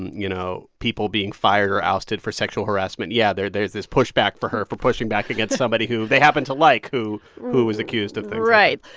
you know, people being fired or ousted for sexual harassment, yeah, there's there's this pushback for her for pushing back against somebody who they happen to like who who was accused of things right.